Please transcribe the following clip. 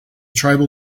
tribal